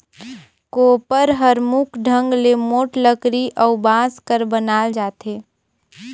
कोपर हर मुख ढंग ले मोट लकरी अउ बांस कर बनाल जाथे